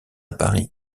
paris